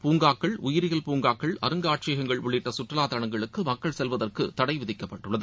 பூங்காக்கள் உயிரியல் பூங்காக்கள் அருங்காட்சியகங்கள் உள்ளிட்ட சுற்றுலா தளங்களுக்கு மக்கள் செல்வதற்கு தடை விதிக்கப்பட்டுள்ளது